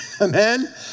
amen